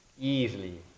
easily